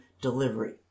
delivery